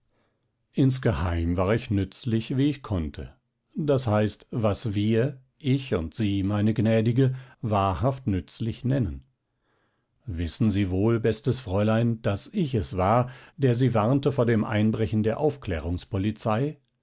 insgeheim war ich nützlich wie ich konnte das heißt was wir ich und sie meine gnädige wahrhaft nützlich nennen wissen sie wohl bestes fräulein daß ich es war der sie warnte vor dem einbrechen der aufklärungspolizei